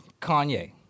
Kanye